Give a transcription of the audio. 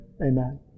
Amen